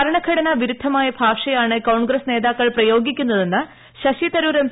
ഭരണഘടനാ വിരുദ്ധമായ ഭാഷയാണ് കോൺഗ്രസ് നേതാക്കൾ പ്രയോഗിക്കുന്നതെന്ന് ശശിതരൂർ എം